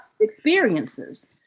experiences